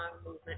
movement